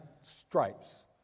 stripes